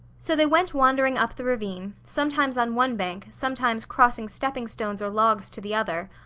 so they went wandering up the ravine, sometimes on one bank, sometimes crossing stepping-stones or logs to the other,